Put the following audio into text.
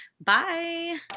bye